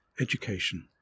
Education